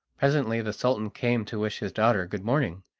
presently the sultan came to wish his daughter good-morning.